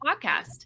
podcast